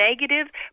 negative